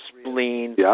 spleen